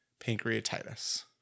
pancreatitis